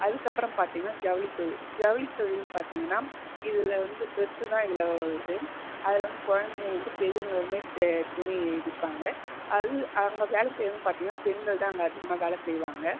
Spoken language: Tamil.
அதுக்கப்புறம் பார்த்தீங்கன்னா ஜவுளித்தொழில் ஜவுளித்தொழில்னு பார்த்தீங்கன்னா இதில் வந்து ட்ரெஸ்தான் இதில் இது அதில் வந்து குழந்தைகள்லேருந்து பெரியவங்க வரையுமே த துணி விற்பாங்க அது அங்கே வேலை செய்கிறவங்கன்னு பார்த்தீங்கன்னா பெண்கள்தான் அங்கே அதிகமாக வேலை செய்வாங்க